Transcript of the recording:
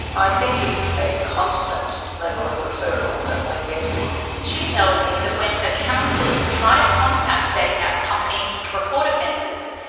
i think it's a constant level of referral that we're getting. she tells me that when her counsellors try to contact dating app companies to report offences.